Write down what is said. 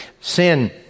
sin